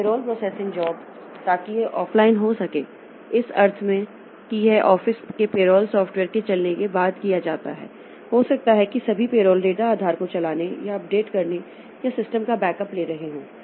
तो payroll processing job ताकि यह ऑफ़लाइन हो सके इस अर्थ में कि यह ऑफिस के पेरोल सॉफ्टवेयर के चलने के बाद किया जाता है हो सकता है कि सभी पेरोल डेटा आधार को चलाने या अपडेट करने या सिस्टम का बैकअप ले रहे हों